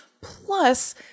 plus